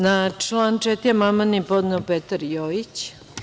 Na član 4. amandman je podneo Petar Jojić.